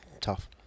tough